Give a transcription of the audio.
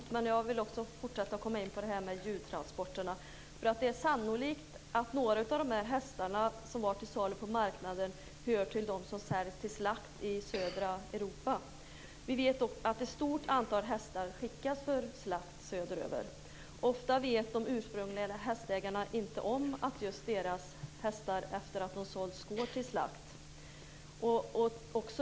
Fru talman! Jag tackar för svaret så långt, men jag vill fortsätta och komma in på djurtransporterna. Det är sannolikt att några av de hästar som var till salu på marknaden hör till dem som körs till slakt i södra Europa. Vi vet att ett stort antal hästar skickas till slakt söderöver. Ofta vet de ursprungliga hästägarna inte om att just deras hästar, efter det att de sålts, går till slakt.